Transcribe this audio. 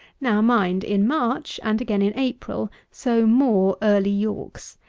now mind, in march, and again in april, sow more early yorks,